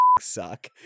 suck